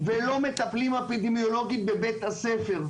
ולא מטפלים אפידמיולוגיות בבית הספר.